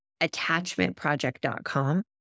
attachmentproject.com